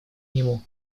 нему